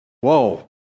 whoa